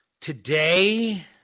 today